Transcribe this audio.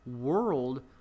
world